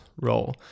role